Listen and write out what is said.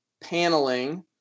paneling